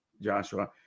Joshua